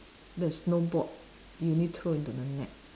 there's no board you need throw into the net